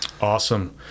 Awesome